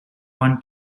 one